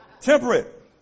Temperate